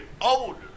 older